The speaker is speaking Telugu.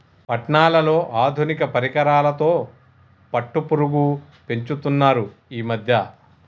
పట్నాలలో ఆధునిక పరికరాలతో పట్టుపురుగు పెంచుతున్నారు ఈ మధ్య